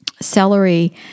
celery